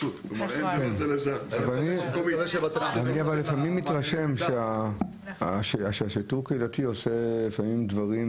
לפעמים אני מתרשם שהשיטור הקהילתי עושה דברים